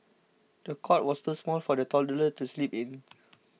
the cot was too small for the toddler to sleep in